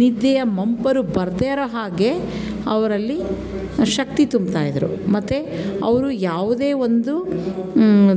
ನಿದ್ದೆಯ ಮಂಪರು ಬರದೇ ಇರೋ ಹಾಗೆ ಅವರಲ್ಲಿ ಶಕ್ತಿ ತುಂಬುತ್ತಾ ಇದ್ದರು ಮತ್ತು ಅವರು ಯಾವುದೇ ಒಂದು